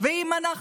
ושל מאבק